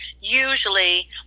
usually